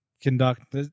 conduct